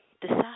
decide